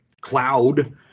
cloud